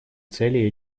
целей